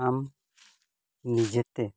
ᱟᱢ ᱱᱤᱡᱮᱛᱮ